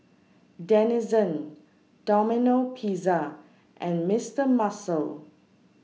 Denizen Domino Pizza and Mister Muscle